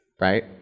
right